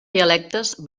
dialectes